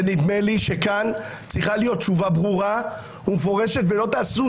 ונדמה לי שכאן צריכה להיות תשובה ברורה ומפורשת ולא תעשו